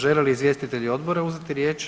Žele li izvjestitelji odbora uzeti riječ?